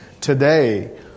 today